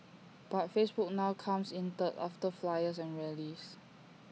but Facebook now comes in third after flyers and rallies